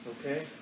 Okay